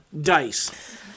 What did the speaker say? dice